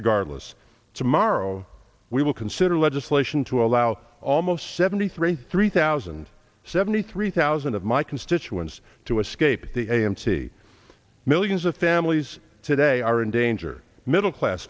regardless tomorrow we will consider legislation to allow almost seventy three thousand seventy three thousand of my constituents to escape the a m t millions of families today are in danger middle class